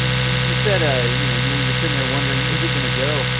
you you said, ah you know, you you're sitting there wondering, is it going to go?